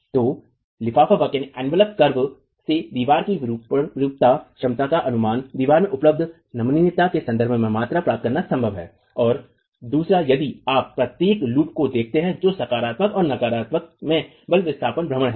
तो लिफाफे वक्र से दीवार की विरूपता क्षमता का अनुमान दीवार में उपलब्ध नमनीयता के संदर्भ में मात्रा प्राप्त करना संभव है दूसरा यदि आप प्रत्येक लूप को देखते हैं जो सकारात्मक और नकारात्मक में बल विस्थापन भ्रमण है